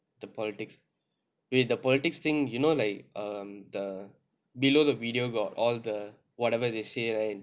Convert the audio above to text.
the politics wait the politics thing you know like um the below the video got all the whatever they say right